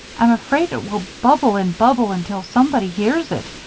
i'm afraid it will bubble and bubble until somebody hears it.